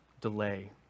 delay